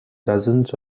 dozens